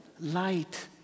light